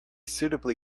suitably